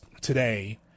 today